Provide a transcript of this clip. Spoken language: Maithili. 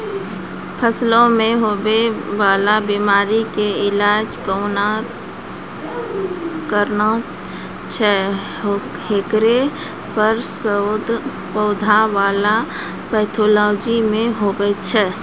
फसलो मे हुवै वाला बीमारी के इलाज कोना करना छै हेकरो पर शोध पौधा बला पैथोलॉजी मे हुवे छै